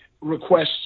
requests